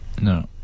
No